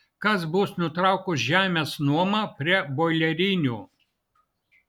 kas bus nutraukus žemės nuomą prie boilerinių